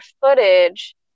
footage